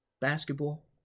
basketball